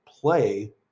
play